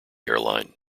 airline